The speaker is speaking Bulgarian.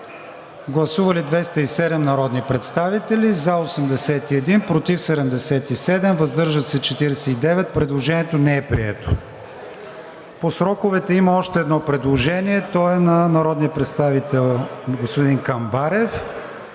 Гласували 207 народни представители: за 81, против 77, въздържали се 49. Предложението не е прието. По сроковете има още едно предложение, то е на народния представител господин Камбарев: